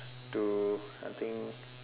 to I think